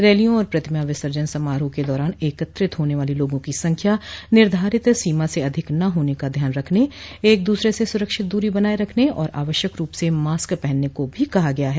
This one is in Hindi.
रैलियों और प्रतिमा विसर्जन समारोह के दौरान एकत्रित होने वाले लोगों की संख्या निर्धारित सीमा स अधिक न होने का ध्यान रखने एक दूसरे से सुरक्षित दूरी बनाए रखने और आवश्यक रूप से मास्क पहनने को भी कहा गया है